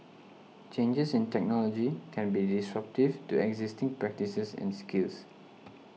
changes in technology can be disruptive to existing practices and skills